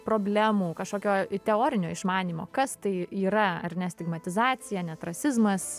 problemų kažkokio teorinio išmanymo kas tai yra ar ne stigmatizacija net rasizmas